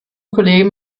kollegen